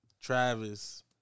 Travis